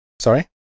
sorry